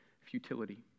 futility